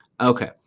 Okay